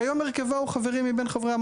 כיום הרכבה הוא חברים מבין חברי,